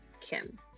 Kim